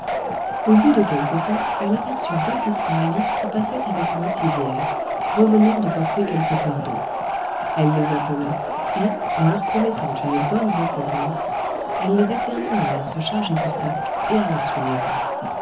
au bout de quelque temps elle aperçut deux israélites qui passaient avec une civière revenant de porter quelque fardeau elle les appela et en leur promettant une bonne récompense elle les détermina à se charger du sac et à la suivre